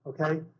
okay